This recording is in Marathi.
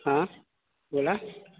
हा बोला